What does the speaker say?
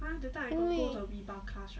因为